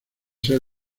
ser